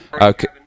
okay